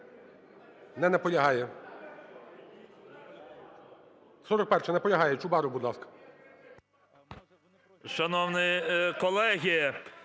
Не наполягає. 41-а, наполягає. Чубаров, будь ласка.